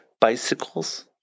Bicycles